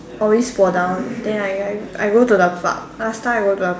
I always fall down then I I I go to the park last time I go to the